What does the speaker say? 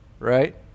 right